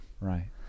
Right